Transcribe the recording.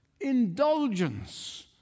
indulgence